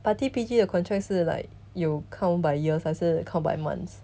but T_P_G 的 contract 是 like you count by years 还是 count by months